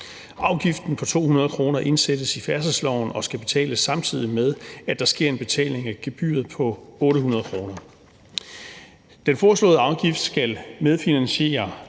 Afgiften på 200 kr. indsættes i færdselsloven og skal betales, samtidig med at der sker en betaling af gebyret på 800 kr. Den foreslåede afgift skal medfinansiere